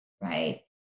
right